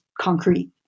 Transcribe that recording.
concrete